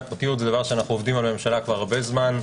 הפרטיות זה משהו שאנחנו עובדים בממשלה הרבה זמן.